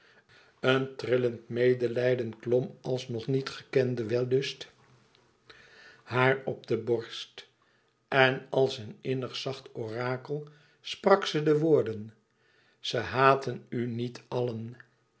een trillend medelijden klom als nog niet gekende wellust haar op de borst en als een innig zacht orakel sprak ze de woorden ze haten u niet allen